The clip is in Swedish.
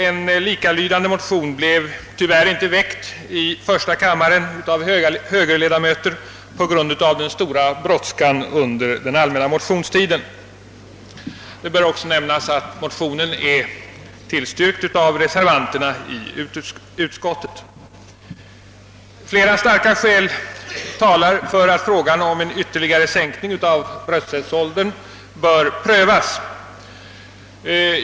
En likalydande motion väcktes tyvärr inte — på grund av brådskan under den allmänna motionstiden — av högerledamöter i första kammaren, men den nämnda motionen har tillstyrkts av reservanterna i utskottet. Flera starka skäl talar för att frågan om ytterligare sänkning av rösträttsåldern bör prövas.